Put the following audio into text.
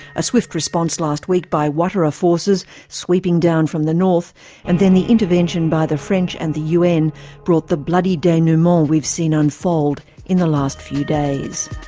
a swift response last week by ouattara forces sweeping down from the north and then the intervention by the french and the un brought the bloody denouement we've seen unfold in the last few days.